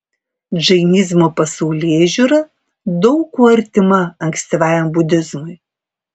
džainizmo pasaulėžiūra daug kuo artima ankstyvajam budizmui